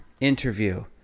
interview